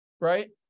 right